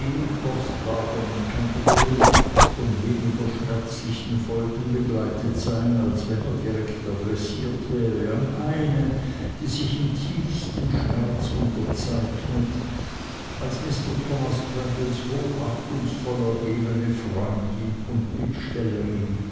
von weniger schmerzlichen folgen begleitet sein als wenn er direkt adressiert wäre an eine die sich im tiefsten schmerz unterzeichnet als mr thomas traddles hochachtungsvoll ergebene freundin und bittstellerin